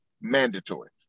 mandatory